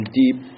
deep